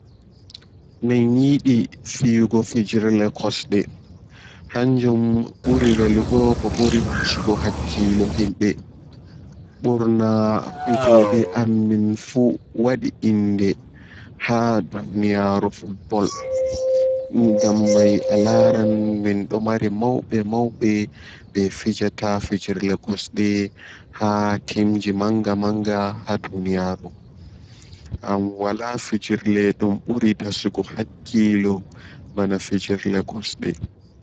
Aii himɓe wuro amin yiɗi fijirde yiɗi fijirde dimbugo ɓamdu sosai nder fijirde dum ɓe yiɗi ni woodi balong wodi dogga dogga dogga yaha dogga lora nden nden wodi doggudu ɓee puccu fu ngam ɗo dimba bandu toh ha fiyugo balong ɗo senditi ɗiɗi wodi balong kosɗe wodi balong juuɗe balong kosɗe ɗo kanju ayiata himɓe mofti bana ɓe sappo ko ɓe sappo e ɗiɗo balong judebi atawan himɓe ɗiɗi on ɗo jogi balong man tapa yaha warta yaha warta toh nonno ɓe fijirta ɓe puccu bo himbe wa an dou puccu man on puccu man ɗo samna toh mo arti wartipat ko mo arti yahi pat heɓan caahu manga ɓedo heba kebe sosai hado keɓe banni man ɗo wallaɓe masin.